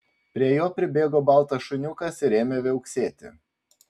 prie jo pribėgo baltas šuniukas ir ėmė viauksėti